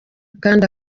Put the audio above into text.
kandi